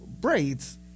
braids